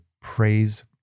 praise